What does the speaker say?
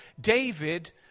David